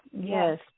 Yes